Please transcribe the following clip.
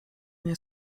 nie